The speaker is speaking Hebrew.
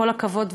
כל הכבוד,